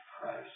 Christ